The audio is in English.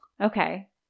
Okay